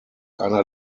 einer